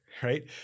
Right